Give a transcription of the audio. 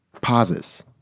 Pauses